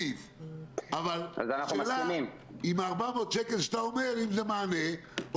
אבל השאלה אם ה-400 שקל שאתה אומר, אם זה מענה.